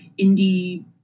indie